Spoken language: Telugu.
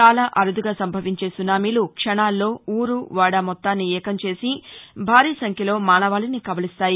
చాలా అరుదుగా సంభవించే సునామీలు క్షణాల్లో వూరు వాడా మొత్తాన్ని ఏకం చేసి భారీ సంఖ్యలో మానవాళిని కబలిస్తాయి